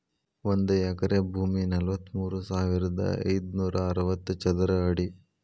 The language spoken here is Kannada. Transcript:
ಒಂದ ಎಕರೆ ಭೂಮಿ ನಲವತ್ಮೂರು ಸಾವಿರದ ಐದನೂರ ಅರವತ್ತ ಚದರ ಅಡಿ